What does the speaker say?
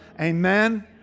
Amen